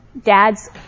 Dad's